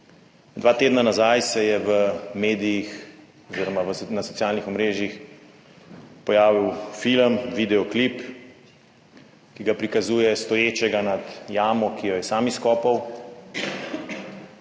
Dva tedna nazaj se je v medijih oziroma na socialnih omrežjih pojavil film, video klip, ki ga prikazuje stoječega nad jamo, ki jo je sam izkopal.